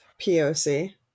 poc